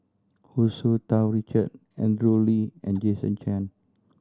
Hu Tsu Tau Richard Andrew Lee and Jason Chan